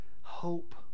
hope